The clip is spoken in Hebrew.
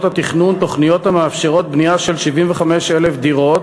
התכנון תוכניות המאפשרות בנייה של 75,000 דירות,